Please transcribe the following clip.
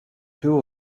two